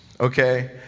okay